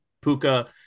Puka –